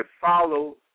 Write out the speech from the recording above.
follow